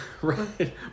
Right